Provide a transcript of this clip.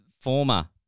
former